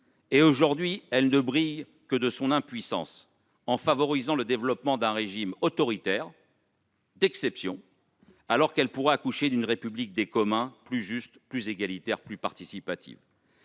aujourd'hui que par son impuissance. Elle favorise le développement d'un régime autoritaire d'exception, alors qu'elle pourrait accoucher d'une République des communs, plus juste, plus égalitaire, plus participative.